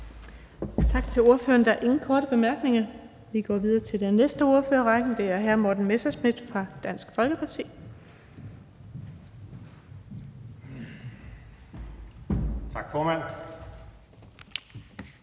Tak til ordføreren. Der er ingen korte bemærkninger. Vi går videre til den næste ordfører i rækken, og det er hr. Morten Messerschmidt fra Dansk Folkeparti. Kl.